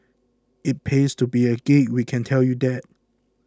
it pays to be a geek we can tell you that